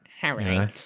Harry